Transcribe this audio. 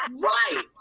Right